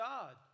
God